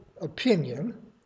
opinion